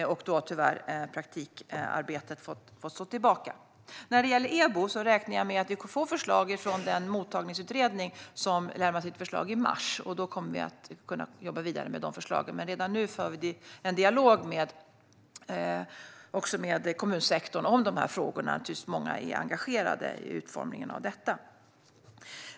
Då har praktikarbetet tyvärr fått stå tillbaka. Jag räknar med att vi kommer att få förslag om EBO från den mottagningsutredning som ska lämna över sitt förslag i mars. Då kan vi jobba vidare med de här förslagen. Redan nu för vi en dialog med kommunsektorn om dessa frågor. Många är naturligtvis engagerade i utformningen av det hela.